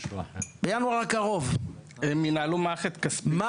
הם ינהלו מערכת כספית --- מיכאל מרדכי ביטון (יו"ר